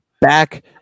back